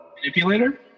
manipulator